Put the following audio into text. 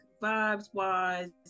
Vibes-wise